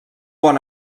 bon